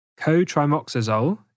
Cotrimoxazole